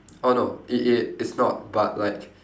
oh no it it it's not but like